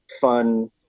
fun